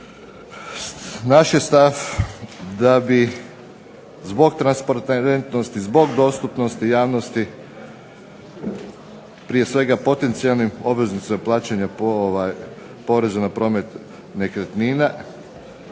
Naš je stav da bi zbog transparentnosti, zbog dostupnosti javnosti prije svega potencijalnim obveznicima plaćanja poreza na promet nekretnina